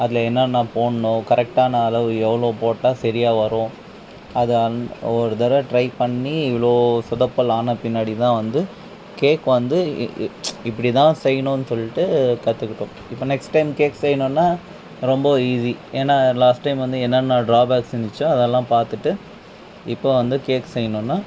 அதில் என்னன்ன போடணும் கரெக்ட்டான அளவு எவ்வளோ போட்டால் சரியா வரும் அதை அந் ஒரு தடவை டிரை பண்ணி இவ்வளோ சொதப்பல் ஆன பின்னாடிதான் வந்து கேக் வந்து இப்படிதா செய்யணுன்னு சொல்லிட்டு கற்றுக்கிட்டோம் இப்போ நெக்ஸ்ட் டைம் கேக் செய்யணுன்னா ரொம்ப ஈஸி ஏனா லாஸ்ட் டைம் வந்து என்னன்ன டிராபேக்ஸ் இருந்துச்சோ அதெல்லாம் பாத்துட்டு இப்ப வந்து கேக் செய்யணுன்னா